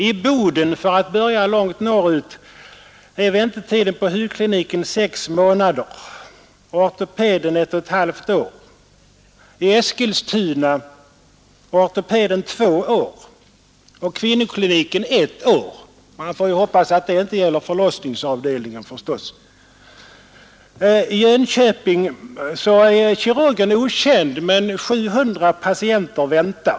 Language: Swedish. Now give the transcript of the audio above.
I Boden, för att börja långt norrut, är väntetiden på hudkliniken 6 månader och på ortopeden 1 1/2 år. I Eskilstuna är väntetiden på ortopeden 2 år och på kvinnokliniken 1 år. — Man får hoppas att det inte gäller förlossningsavdelningen. — I Jönköping är väntetiden på kirurgen okänd men 700 patienter väntar.